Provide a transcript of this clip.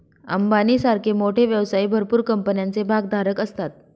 अंबानी सारखे मोठे व्यवसायी भरपूर कंपन्यांचे भागधारक असतात